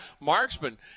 marksman